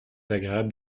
agréable